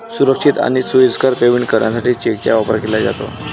सुरक्षित आणि सोयीस्कर पेमेंट करण्यासाठी चेकचा वापर केला जातो